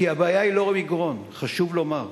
כי הבעיה היא לא במגרון, חשוב לומר.